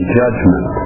judgment